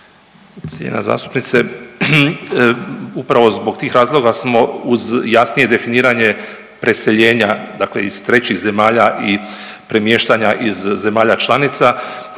Poštovana zastupnice upravo zbog tih razloga smo uz jasnije definiranje preseljenja dakle iz trećih zemalja i premještanja iz zemalja članica